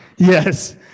Yes